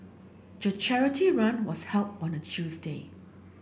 the charity run was held on a Tuesday